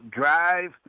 Drive